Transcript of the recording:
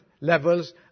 levels